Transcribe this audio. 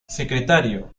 secretario